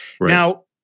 Now